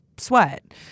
sweat